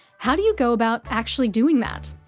how do you go about actually doing that?